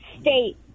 state